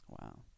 Wow